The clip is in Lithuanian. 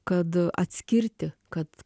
kad atskirti kad